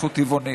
אנחנו טבעונים,